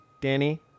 Danny